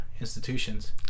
institutions